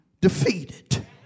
defeated